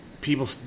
people